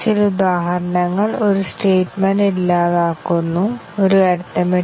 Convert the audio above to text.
ഏറ്റവും ദുർബലമായ statement coverage ഞങ്ങൾ ചർച്ച ചെയ്തു